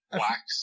wax